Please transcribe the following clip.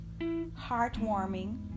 heartwarming